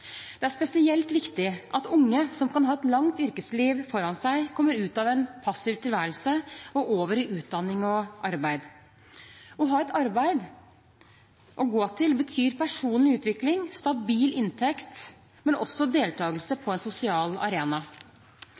Det er spesielt viktig at unge, som kan ha et langt yrkesliv foran seg, kommer ut av en passiv tilværelse og over i utdanning og arbeid. Å ha et arbeid å gå til betyr personlig utvikling, stabil inntekt og deltakelse på en sosial arena.